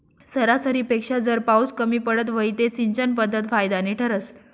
सरासरीपेक्षा जर पाउस कमी पडत व्हई ते सिंचन पध्दत फायदानी ठरस